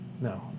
No